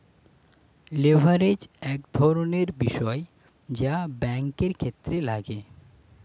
leverage এক ধরনের বিষয় যা ব্যাঙ্কের ক্ষেত্রে লাগে